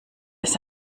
ist